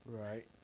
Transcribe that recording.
right